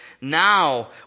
now